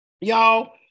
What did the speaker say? y'all